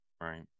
right